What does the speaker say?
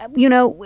ah you know,